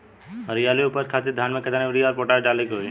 हरियाली और उपज खातिर धान में केतना यूरिया और पोटाश डाले के होई?